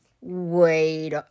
Wait